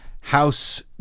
house